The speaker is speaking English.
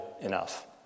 enough